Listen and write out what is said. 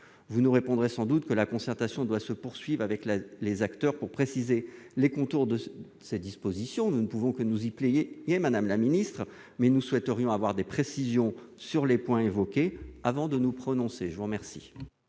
Vous nous répondrez sans doute que la concertation doit se poursuivre avec les acteurs pour préciser les contours de ces dispositions. Nous ne pouvons que nous y plier, madame la ministre, mais nous souhaiterions avoir des précisions sur les points évoqués avant de nous prononcer. Je suis saisi